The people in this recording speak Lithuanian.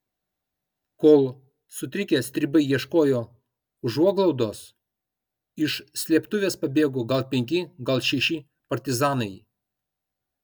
kol sutrikę stribai ieškojo užuoglaudos iš slėptuvės pabėgo gal penki gal šeši partizanai